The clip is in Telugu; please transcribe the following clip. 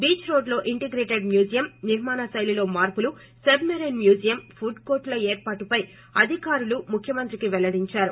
బీచ్రోడ్లులో ఇంటిగ్రేటెడ్ మ్యూజియం నిర్మాణశైలిలో మార్పులు సబ్మెరైన్ మ్యూజియం ఫుడ్ కోర్టుల ఏర్పాట్లపై అధికారులు ముఖ్యమంత్రికి వివరించారు